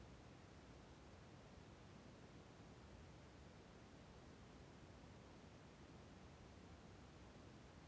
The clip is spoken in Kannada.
ಎರಡು ಸಾವಿರದ ಇಪ್ಪತ್ತರ ಕೇಂದ್ರ ಸರ್ಕಾರ ಘೋಷಿಸಿದ ಬೆಂಬಲ ಬೆಲೆಯ ಬೆಳೆಗಳು ಯಾವುವು ಮತ್ತು ಬೆಲೆ ಎಷ್ಟು?